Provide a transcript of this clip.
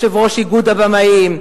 יושב-ראש איגוד הבמאים?